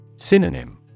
Synonym